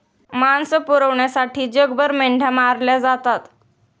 मांस पुरवठ्यासाठी जगभर मेंढ्या मारल्या जातात